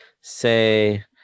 say